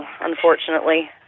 unfortunately